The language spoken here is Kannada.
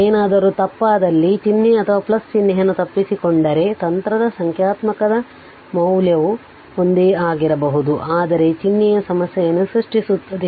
ಏನಾದರೂ ತಪ್ಪಾದಲ್ಲಿ ಚಿಹ್ನೆ ಅಥವಾ ಚಿಹ್ನೆಯನ್ನು ತಪ್ಪಿಸಿಕೊಂಡರೆ ತಂತ್ರದ ಸಂಖ್ಯಾತ್ಮಕ ಮೌಲ್ಯವು ಒಂದೇ ಆಗಿರಬಹುದು ಆದರೆ ಚಿಹ್ನೆಯು ಸಮಸ್ಯೆಯನ್ನು ಸೃಷ್ಟಿಸುತ್ತದೆ